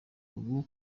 ubu